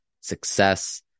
success